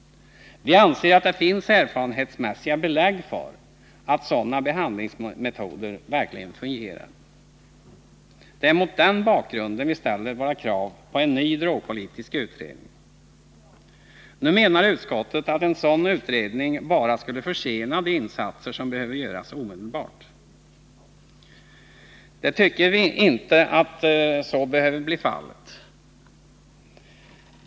Vi anser att det finns erfarenhetsmässiga belägg för att sådana behandlingsformer verkligen fungerar. Det är mot den bakgrunden vi ställer vårt krav på en ny drogpolitisk utredning. Nu säger utskottet att en sådan utredning bara skulle försena de insatser som behöver göras omedelbart. Vi tycker emellertid inte att så behöver bli fallet.